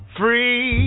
free